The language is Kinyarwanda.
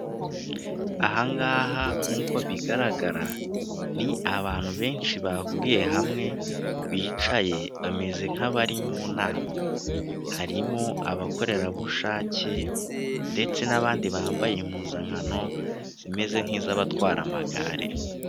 Aha ngaha nk'uko bigaragara n'abantu benshi bahuriye hamwe, bicaye bameze nk'abari mu nama, harimo abakorerabushake ndetse n'abandi bambaye impuzankano zimeze nk'iz'abatwara amagare.